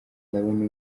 ndabona